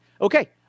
Okay